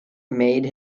made